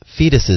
fetuses